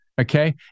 Okay